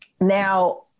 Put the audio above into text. Now